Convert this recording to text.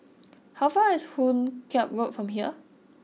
how far away is Hoot Kiam Road from here